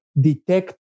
detect